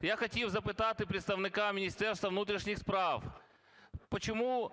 Я хотів запитати представника Міністерства внутрішніх справ. Почему